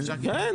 כן.